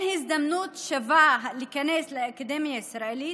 הזדמנות שווה להיכנס לאקדמיה הישראלית,